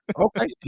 Okay